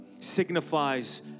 signifies